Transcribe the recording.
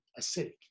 acidic